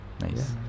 Nice